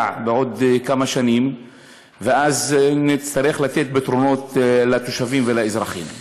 בעוד כמה שנים ואז נצטרך לתת פתרונות לתושבים ולאזרחים.